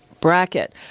bracket